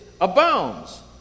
abounds